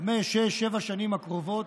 חמש-שש-שבע השנים הקרובות,